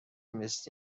مثل